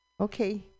Okay